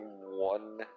one